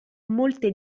molte